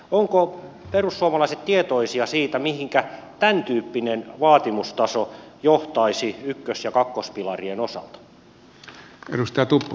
ovatko perussuomalaiset tietoisia siitä mihinkä tämäntyyppinen vaatimustaso johtaisi ykkös ja kakkospilarien osalta